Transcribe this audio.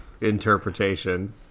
interpretation